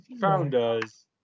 founders